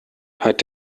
hat